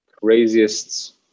craziest